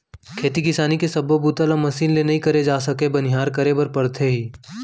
खेती किसानी के सब्बो बूता ल मसीन ले नइ करे जा सके बनिहार करे बर परथे ही